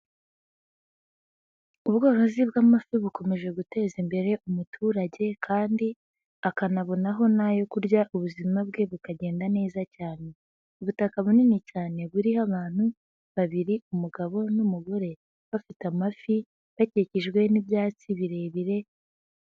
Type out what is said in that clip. Ubworozi bw'amafi bukomeje guteza imbere umuturage kandi akanabonaho n'ayo kurya ubuzima bwe bukagenda neza cyane. Ubutaka bunini cyane buriho abantu babiri umugabo n'umugore bafite amafi bakikijwe n'ibyatsi birebire.